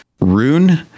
rune